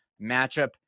matchup